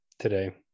Today